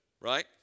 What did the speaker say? Right